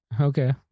Okay